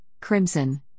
crimson